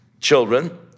children